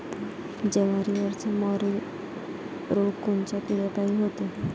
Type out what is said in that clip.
जवारीवरचा मर रोग कोनच्या किड्यापायी होते?